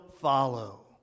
follow